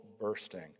bursting